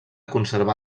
conservar